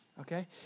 Okay